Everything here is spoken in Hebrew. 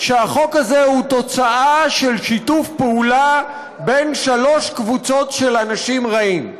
שהחוק הזה הוא תוצאה של שיתוף פעולה בין שלוש קבוצות של אנשים רעים.